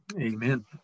Amen